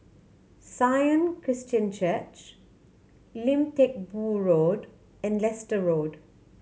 Sion Christian Church Lim Teck Boo Road and Leicester Road